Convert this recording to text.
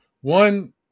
One